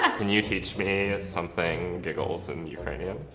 ah can you teach me something giggles in ukrainian?